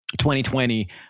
2020